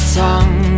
tongue